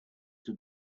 have